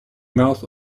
mouth